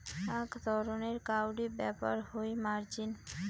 আক ধরণের কাউরী ব্যাপার হই মার্জিন